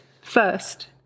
first